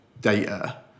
data